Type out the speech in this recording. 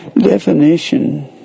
Definition